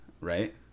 Right